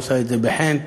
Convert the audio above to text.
ועושה את זה בחן,